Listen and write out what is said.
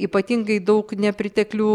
ypatingai daug nepriteklių